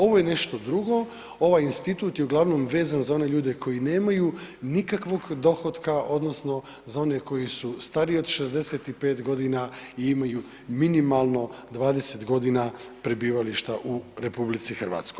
Ovo je nešto drugo, ovaj institut je uglavnom vezan za one ljude koji nemaju nikakvog dohotka, odnosno za one koji su stariji od 65 godina i imaju minimalno 20 godina prebivališta u RH.